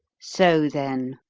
so, then,